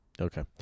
okay